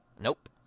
Nope